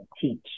teach